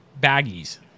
baggies